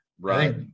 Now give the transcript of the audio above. right